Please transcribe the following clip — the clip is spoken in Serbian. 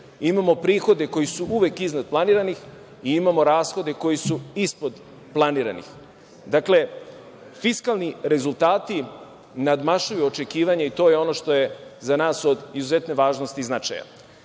imamo prihode koji su uvek iznad planiranih i imamo rashode koji su ispod planiranih. Dakle, fiskalni rezultati nadmašuju očekivanja i to je ono što je za nas od izuzetne važnosti i značaja. Slažemo